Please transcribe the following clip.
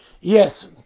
Yes